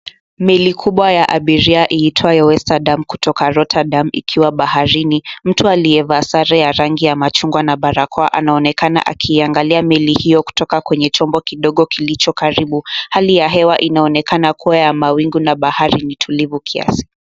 Meli kubwa ya abiria iitwayo Westerdam kutoka Rotterdam ikiwa baharini. Mtu aliye sare ya rangi ya machungwa na barakoa anaonekana akiangalia meli hiyo kutoka kwenye chombo kidogo kilicho karibu. Hali ya hewa inaonekana kuwa ya mawingu na bahari ni tulivu kiasi.